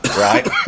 right